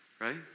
right